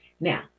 Now